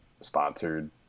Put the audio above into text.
sponsored